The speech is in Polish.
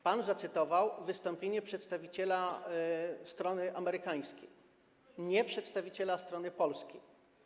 Pan zacytował wystąpienie przedstawiciela strony amerykańskiej, nie przedstawiciela strony polskiej.